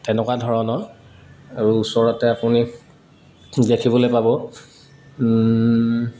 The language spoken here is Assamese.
তেনেকুৱা ধৰণৰ আৰু ওচৰতে আপুনি দেখিবলৈ পাব